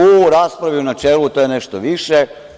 U raspravu u načelu to je nešto više.